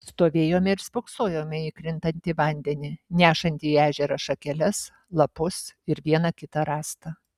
stovėjome ir spoksojome į krintantį vandenį nešantį į ežerą šakeles lapus ir vieną kitą rąstą